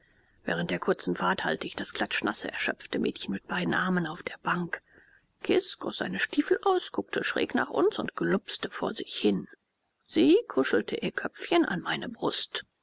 während der kurzen fahrt halte ich das klatschnasse erschöpfte mädchen mit beiden armen auf der bank kis goß seine stiefel aus guckte schräg nach uns und glupste vor sich hin sie kuschelt ihr köpfchen an meine brust